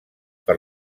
per